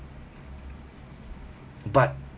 but